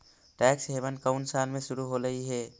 Tax haven कउन साल में शुरू होलई हे?